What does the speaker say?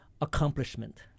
accomplishment